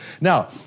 Now